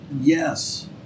Yes